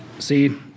See